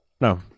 No